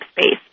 space